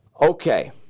Okay